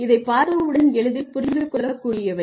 இவை பார்த்த உடன் எளிதில் புரிந்து கொள்ளக் கூடியவை